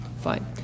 fine